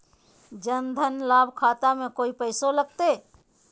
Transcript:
जन धन लाभ खाता में कोइ पैसों लगते?